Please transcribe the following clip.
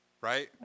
Right